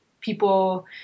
people